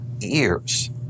ears